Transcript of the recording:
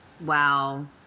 Wow